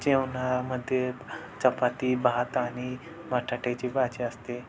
जेवणामध्ये चपाती भात आणि बटाट्याची भाजी असते